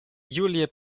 julie